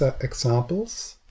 examples